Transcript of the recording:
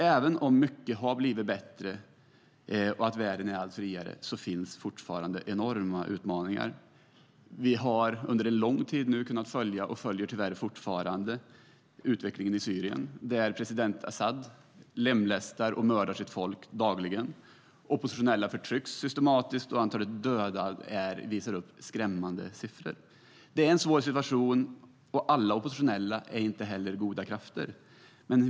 Även om mycket har blivit bättre och världen är allt friare finns fortfarande enorma utmaningar. Vi har under alltför lång tid kunnat följa, och följer tyvärr fortfarande, utvecklingen i Syrien där president Asad lemlästar och mördar sitt folk dagligen. Oppositionella förtrycks systematiskt, och antalet döda är skrämmande. Det är en svår situation, och alla oppositionella är inte goda krafter.